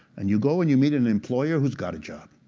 and you go and you meet an employer who's got a job.